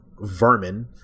Vermin